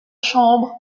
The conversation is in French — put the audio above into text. chambre